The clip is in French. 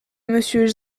monsieur